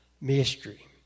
Mystery